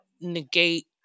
negate